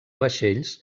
vaixells